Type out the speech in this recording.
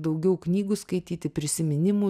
daugiau knygų skaityti prisiminimų